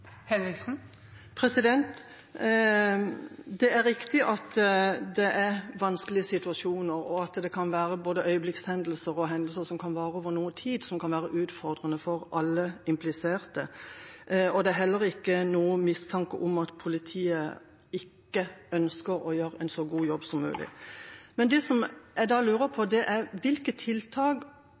Det er riktig at det er vanskelige situasjoner, og at det kan være både øyeblikkshendelser og hendelser som kan vare over noen tid, som kan være utfordrende for alle impliserte. Det er heller ikke noen mistanke om at politiet ikke ønsker å gjøre en så god jobb som mulig. Men det som jeg da lurer på, er: Hvilke tiltak